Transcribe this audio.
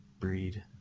Breed